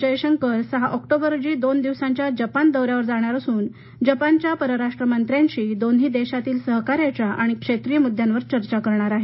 जयशंकर सहा ऑक्टोबर रोजी दोन दिवसांच्या जपान दौरयावर जाणार असून जपानच्या परराष्ट्रमंत्र्याशी दोन्ही देशांतील सहकार्याच्या आणि क्षेत्रीय मुद्द्यांवर चर्चा करणार आहेत